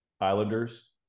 Islanders